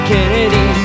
Kennedy